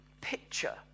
picture